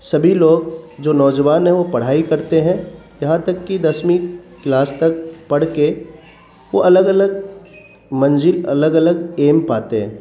سبھی لوگ جو نوجوان ہیں وہ پڑھائی کرتے ہیں یہاں تک کہ دسمیں کلاس تک پڑھ کے وہ الگ الگ منزل الگ الگ ایم پاتے ہیں